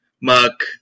Muck